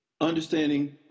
understanding